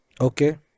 Okay